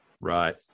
Right